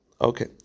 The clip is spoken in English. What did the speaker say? Okay